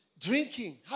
drinking